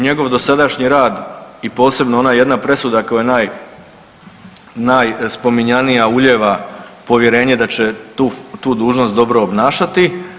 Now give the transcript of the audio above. Njegov dosadašnji rad i posebno ona jedna presuda koja je naj, najspominjanija ulijeva povjerenje da će tu dužnost dobro obnašati.